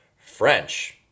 French